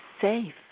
safe